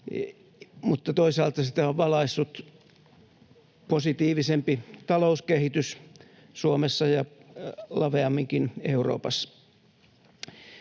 mutta toisaalta sitä on valaissut positiivisempi talouskehitys Suomessa ja laveamminkin Euroopassa.